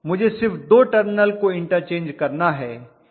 मुझे सिर्फ दो टर्मिनल को इंटरचेंज करना है